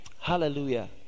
Hallelujah